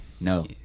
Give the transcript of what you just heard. No